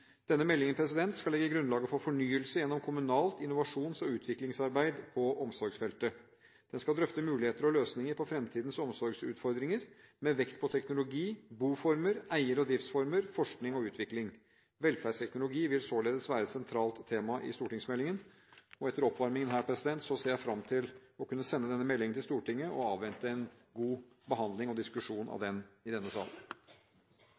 Denne meldingen skal legge grunnlaget for fornyelse gjennom kommunalt innovasjons- og utviklingsarbeid på omsorgsfeltet. Den skal drøfte muligheter og løsninger på fremtidens omsorgsutfordringer, med vekt på teknologi, boformer, eier- og driftsformer, forskning og utvikling. Velferdsteknologi vil således være et sentralt tema i stortingsmeldingen. Og etter oppvarmingen her ser jeg fram til å kunne sende denne meldingen til Stortinget og avvente en god behandling av og diskusjon